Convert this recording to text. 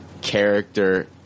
character